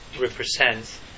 represents